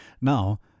Now